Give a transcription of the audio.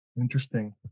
interesting